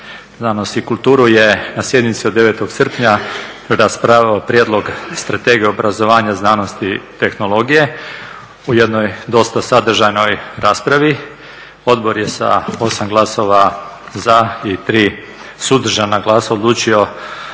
znanost i kulturu je na sjednici od 9. srpnja raspravio prijedlog Strategije obrazovanja, znanosti i tehnologije u jednoj dosta sadržajnoj raspravi. Odbor je sa 8 glasova za i 3 suzdržana glasa odlučio